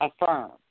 Affirm